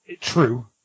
True